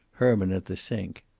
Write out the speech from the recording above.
herman at the sink.